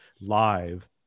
live